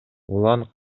улан